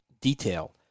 detail